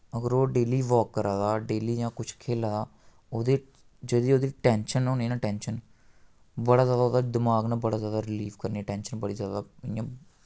अगर ओह् daily walk करा दा डेली जां कुछ खेला दा ओह्दे जेह्ड़ी ओह्दी टैंशन होनी ना टैंशन बड़ा जैदा ओह्दा दमाक ना बड़ा जैदा रलीफ करने टैंशन बड़ी जैदा इयां